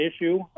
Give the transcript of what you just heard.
issue